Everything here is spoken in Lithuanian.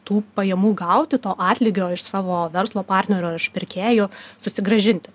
tų pajamų gauti to atlygio iš savo verslo partnerių ar iš pirkėjų susigrąžinti